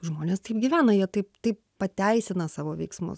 žmonės taip gyvena jie taip taip pateisina savo veiksmus